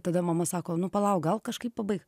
tada mama sako nu palauk gal kažkaip pabaik